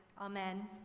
amen